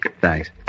Thanks